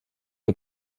est